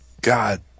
God